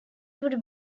would